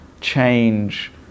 change